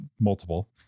multiple